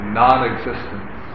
non-existence